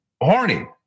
Horny